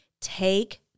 take